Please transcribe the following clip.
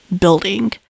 building